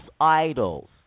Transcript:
idols